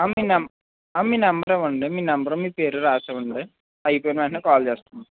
మీ number ఇవ్వండి మీ number మీ పేరు రాసివ్వండి అయిపోయిన వెంటనే కాల్ చేస్తామండి